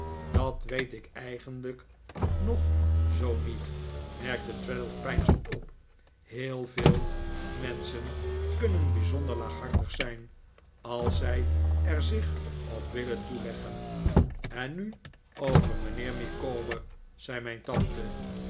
dat weet ik eigenlijk nog zoo niet merkte traddles peinzend op heel veel menschen kunnen bijzonder laaghartig zijn r als zij er zich op willen toeleggen en nu over mijnheer micawber zei mijn tante